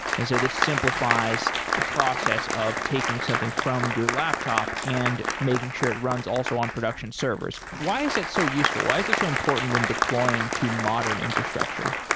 and so this simplifies the process of taking something from your laptop and making sure it runs also on production servers. why is it so useful? why is it so important when deploying to modern infrastructure?